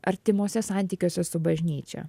artimuose santykiuose su bažnyčia